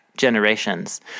generations